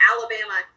Alabama